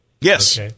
Yes